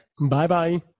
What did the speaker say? Bye-bye